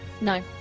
No